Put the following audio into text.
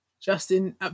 Justin